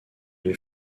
les